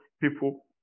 people